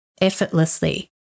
effortlessly